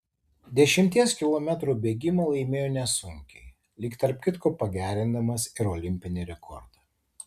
dešimties kilometrų bėgimą laimėjo nesunkiai lyg tarp kitko pagerindamas ir olimpinį rekordą